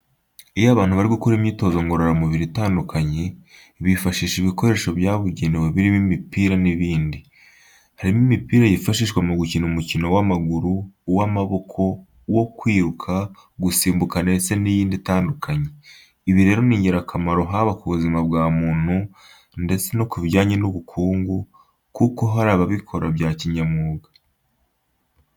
Iyo abantu bari gukora imyitozo ngororamubiri itandukanye bifashisha ibikoresho byabugenewe birimo imipira n'ibindi. Harimo imipira yifashishwa mu gukina umukino w'amaguru, uw'amaboko, uwo kwiruka, gusimbuka ndetse n'iyindi itandukanye. Ibi rero ni ingirakamaro haba ku buzima bwa muntu ndetse no ku bijyanye n'ubukungu, kuko hari ababikora bya kinyamwuga.